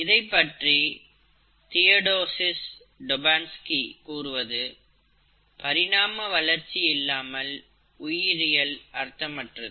இதைப்பற்றி Theodosius Dobzhansky கூறுவது பரிணாம வளர்ச்சி இல்லாமல் உயிரியல் அர்த்தமற்றது